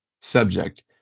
subject